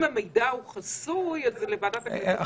אם המידע הוא חסוי - לוועדת הכנסת לענייני השירות.